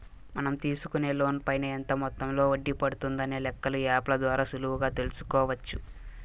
మనం తీసుకునే లోన్ పైన ఎంత మొత్తంలో వడ్డీ పడుతుందనే లెక్కలు యాప్ ల ద్వారా సులువుగా తెల్సుకోవచ్చు